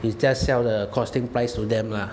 is just sell the costing places with them lah